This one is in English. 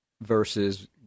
versus